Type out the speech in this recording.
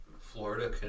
Florida